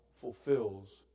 fulfills